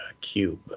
cube